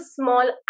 small